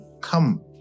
come